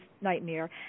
nightmare